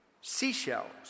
seashells